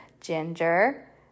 ginger